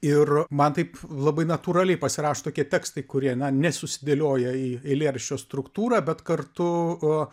ir man taip labai natūraliai pasirašo tokie tekstai kurie na ne susidėlioja į eilėraščio struktūrą bet kartu